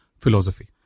philosophy